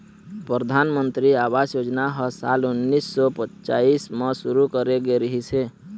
परधानमंतरी आवास योजना ह साल उन्नीस सौ पच्चाइस म शुरू करे गे रिहिस हे